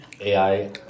AI